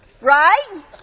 Right